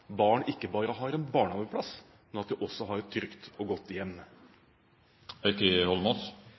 barn ikke bare har en barnehageplass, men at de også har et trygt og godt